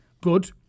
good